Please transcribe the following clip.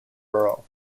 borough